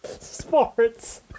Sports